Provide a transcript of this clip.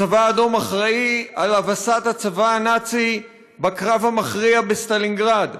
הצבא האדום אחראי להבסת הצבא הנאצי בקרב המכריע בסטלינגרד.